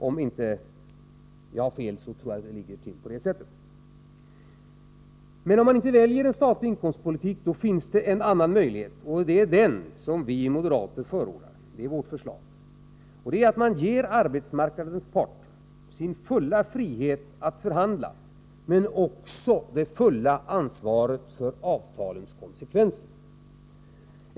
Om jag inte har fel ligger det till på det sättet. Men om man inte väljer en statlig inkomstpolitik finns det en annan möjlighet, och det är den vi moderater förordar. Vårt förslag är att ge arbetsmarknadens parter full frihet att förhandla, men också det fulla ansvaret för avtalens konsekvenser. Herr talman!